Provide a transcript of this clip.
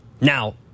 Now